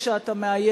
אל תעזור לי.